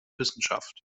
wissenschaft